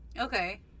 Okay